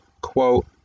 quote